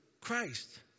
Christ